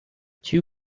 two